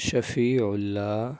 شفیع اللہ